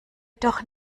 doch